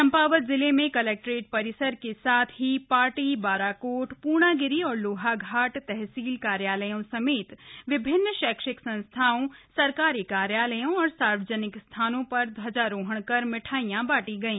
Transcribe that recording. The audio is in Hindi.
चंपावत जिले में कलेक्ट्रेट परिसर के साथ ही पाटी बाराकोट पूर्णागिरि और लोहाघाट तहसील कार्यालयों समेत विभिन्न्न शैक्षिक संस्थाओं सरकारी कार्यालयों और सार्वजनिक स्थानों पर ध्वजारोहण कर मिठाइयां बांटी गई